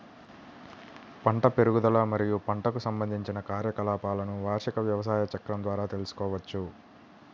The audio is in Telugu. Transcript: పంట పెరుగుదల మరియు పంటకు సంబంధించిన కార్యకలాపాలను వార్షిక వ్యవసాయ చక్రం ద్వారా తెల్సుకోవచ్చు